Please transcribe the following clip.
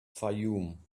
fayoum